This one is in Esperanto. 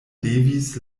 levis